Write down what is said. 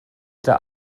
der